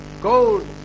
Gold